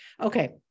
Okay